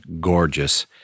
gorgeous